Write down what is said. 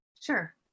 Sure